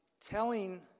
telling